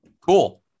Cool